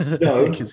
no